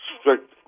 strict